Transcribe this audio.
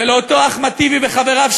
ולאותו אחמד טיבי ולחבריו,